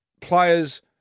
players